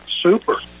Super